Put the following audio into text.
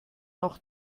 noch